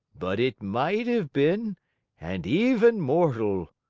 but it might have been and even mortal,